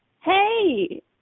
hey